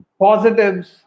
positives